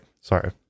Sorry